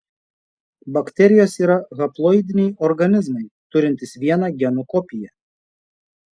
bakterijos yra haploidiniai organizmai turintys vieną genų kopiją